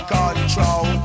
control